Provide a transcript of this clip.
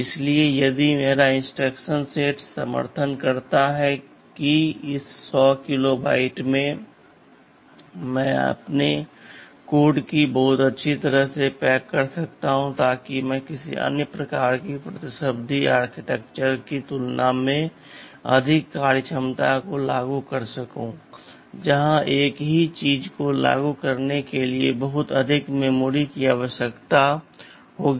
इसलिए यदि मेरा इंस्ट्रक्शन सेट समर्थन करता है कि इस 100 किलोबाइट में मैं अपने कोड को बहुत अच्छी तरह से पैक कर सकता हूं ताकि मैं किसी अन्य प्रकार की प्रतिस्पर्धी आर्किटेक्चर की तुलना में अधिक कार्यक्षमता को लागू कर सकूं जहां एक ही चीज को लागू करने के लिए बहुत अधिक मेमोरी की आवश्यकता होगी